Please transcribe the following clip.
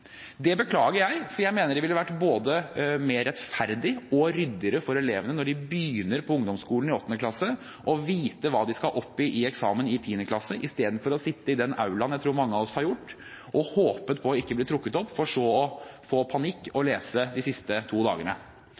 Det beklager jeg, for jeg mener det ville vært både mer rettferdig og mer ryddig for elevene når de begynner på ungdomsskolen i 8. klasse, å vite hva de skal opp i eksamen i i 10. klasse, i stedet for å sitte i den aulaen, som jeg tror mange av oss har gjort, og håpet på ikke å bli trukket ut, for så å få panikk og lese de siste to dagene.